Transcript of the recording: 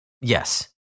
yes